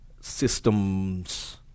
systems